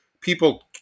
people